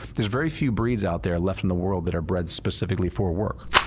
there's very few breeds out there left in the world that are bred specifically for work,